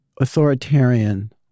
authoritarian